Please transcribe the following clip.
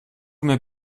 mir